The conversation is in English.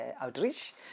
Outreach